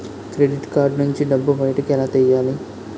Credit card నుంచి డబ్బు బయటకు ఎలా తెయ్యలి?